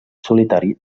solitari